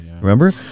remember